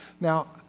Now